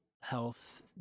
health